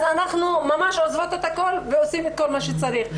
אז אנחנו ממש עוזבות את הכול ועושות את כל מה שצריך.